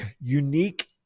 unique